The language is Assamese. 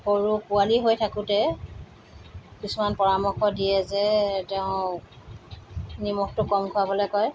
সৰু পোৱালী হৈ থাকোঁতে কিছুমান পৰামৰ্শ দিয়ে যে তেওঁ নিমখটো কম খোৱাবলৈ কয়